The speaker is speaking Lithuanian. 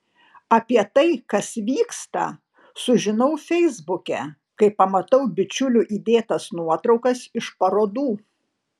apie tai kas vyksta sužinau feisbuke kai pamatau bičiulių įdėtas nuotraukas iš parodų